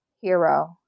Hero